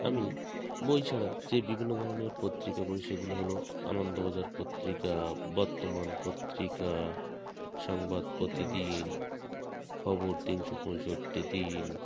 আমি বই ছাড়া যে বিভিন্ন ধরনের পত্রিকা পড়ি সেগুলো হল আনন্দবাজার পত্রিকা বর্তমান পত্রিকা সংবাদ প্রতিদিন খবর তিনশো পঁয়ষট্টি দিন